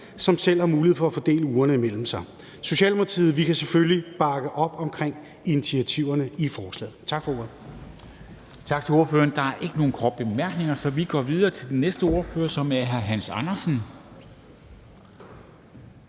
som selv har mulighed for at fordele ugerne imellem sig. Socialdemokratiet kan selvfølgelig bakke op om initiativerne i forslaget. Tak for ordet.